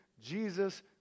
Jesus